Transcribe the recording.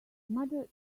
mother